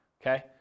okay